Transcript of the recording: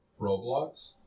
Roblox